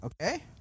Okay